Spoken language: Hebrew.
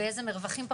באילו מרווחים?